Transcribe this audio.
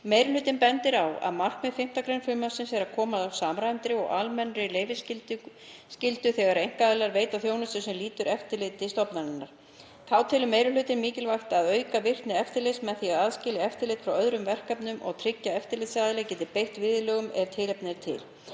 Meiri hlutinn bendir á að markmið 5. gr. frumvarpsins er að koma á samræmdri og almennri leyfisskyldu þegar einkaaðilar veita þjónustu sem lýtur eftirliti stofnunarinnar. Þá telur meiri hlutinn mikilvægt að auka virkni eftirlits með því að aðskilja eftirlit frá öðrum verkefnum og tryggja að eftirlitsaðili geti beitt viðurlögum ef tilefni er til,